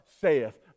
saith